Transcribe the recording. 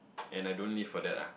and I don't live for that ah